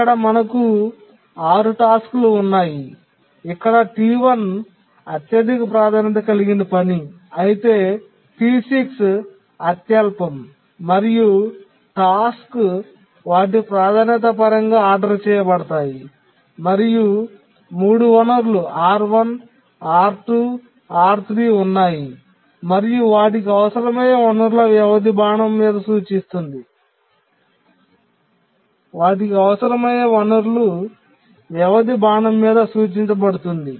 ఇక్కడ మనకు 6 టాస్క్లు ఉన్నాయి ఇక్కడ T1 అత్యధిక ప్రాధాన్యత కలిగిన పని అయితే T6 అత్యల్పం మరియు టాస్క్ వారి ప్రాధాన్యత పరంగా ఆర్డర్ చేయబడతాయి మరియు 3 వనరులు R1 R2 R3 ఉన్నాయి మరియు వాటికి అవసరమయ్యే వనరులు వ్యవధి బాణం మీద సూచించబడుతుంది